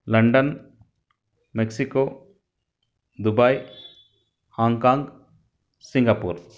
London Mexico Dubai Hong Kong Singapore